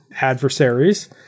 adversaries